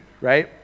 right